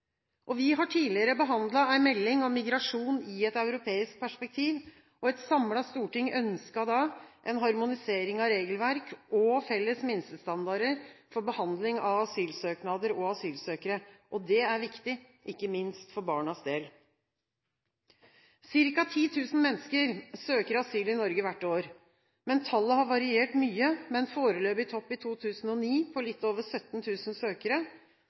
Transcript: beskyttelse. Vi har tidligere behandlet en melding om migrasjon i et europeisk perspektiv. Et samlet storting ønsket da en harmonisering av regelverk og felles minstestandarder for behandling av asylsøknader og asylsøkere. Det er viktig, ikke minst for barnas del. Cirka 10 000 mennesker søker asyl i Norge hvert år, men tallet har variert mye, med en foreløpig topp i 2009 på litt over 17 000 søkere.